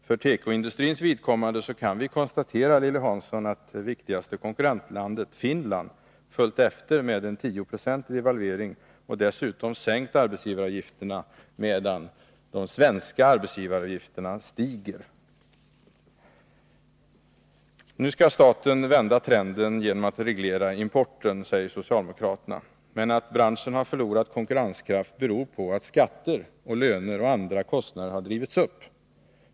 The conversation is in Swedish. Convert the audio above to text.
För tekoindustrins vidkommande kan vi konstatera, Lilly Hansson, att det viktigaste konkurrentlandet, Finland, följt efter med en 10-procentig devalvering och uessutom sänkt arbetsgivaravgifterna, medan de svenska arbetsgivaravgifterna stiger. Nu skall staten vända trenden genom att reglera importen, säger socialdemokraterna. Men att branschen har förlorat konkurrenskraft beror på att skatter, löner och andra kostnader har drivits upp.